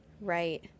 right